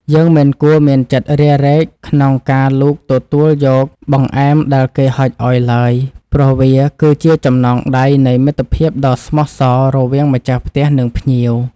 យើងមិនគួរមានចិត្តរារែកក្នុងការលូកទទួលយកបង្អែមដែលគេហុចឱ្យឡើយ ព្រោះវាគឺជាចំណងដៃនៃមិត្តភាពដ៏ស្មោះសររវាងម្ចាស់ផ្ទះនិងភ្ញៀវ។